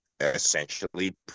Essentially